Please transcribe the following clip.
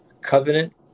covenant